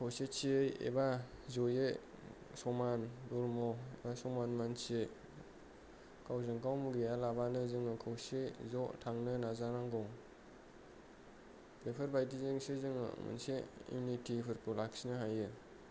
खौसेथियै एबा जयै समान धरम' बा समान मानसि गावजोंगाव मुगैया लाबानो जों खौसे ज' थांनो नाजा नांगौ बेफोरबायदि जोंसो जोङो एसे यूनिटिफोरखौ लाखिनो हायो